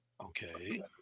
Okay